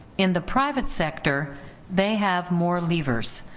in the private sector they have more levers,